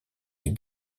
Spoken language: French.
les